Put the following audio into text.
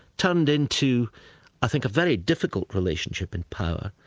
turned into i think a very difficult relationship in power,